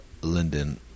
Linden